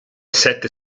sette